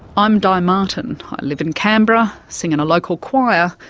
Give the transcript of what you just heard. i'm di martin. i live in canberra, sing in a local choir,